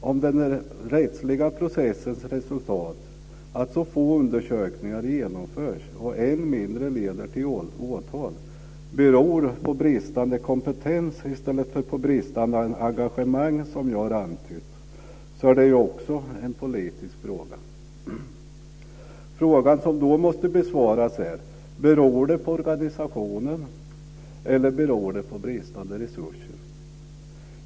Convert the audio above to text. Om den rättsliga processens resultat, att så få undersökningar genomförs och än mindre leder till åtal, beror på bristande kompetens i stället för på bristande engagemang, som jag har antytt, är det ju också en politisk fråga. Frågan som då måste besvaras är: Beror det på organisationen, eller beror det på bristande resurser?